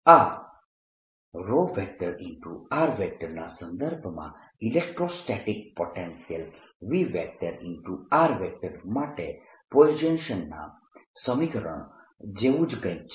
આ ના સંદર્ભમાં ઇલેક્ટ્રોસ્ટેટિક પોટેન્શિયલ V માટે પોઇસનના સમીકરણ Poisson's equation જેવું જ કંઈક છે